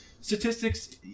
statistics